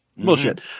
Bullshit